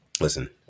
listen